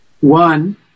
one